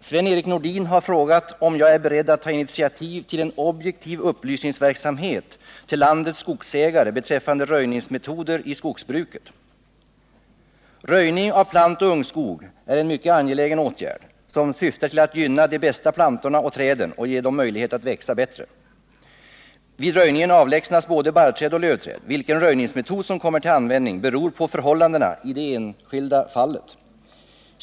Sven-Erik Nordin har frågat om jag är beredd att ta initiativ till en objektiv upplysningsverksamhet till landets skogsägare beträffande röjningsmetoder i skogsbruket. Röjning av plantoch ungskog är en mycket angelägen åtgärd, som syftar till att gynna de bästa plantorna och träden och ge dem möjlighet att växa bättre. Vid röjningen avlägsnas både barrträd och lövträd. Vilken röjningsmetod som kommer till användning beror på förhållandena i det enskilda fallet.